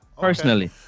personally